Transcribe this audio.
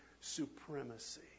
supremacy